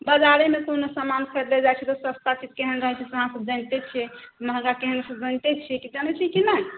बजारेमे कोनो समान खरीदय जाइत छी तऽ सस्ता केहन रहैत छै अहाँसभ जनिते छियै महँगा केहन होइत छै जनिते छियै जानैत छियै कि नहि